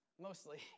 mostly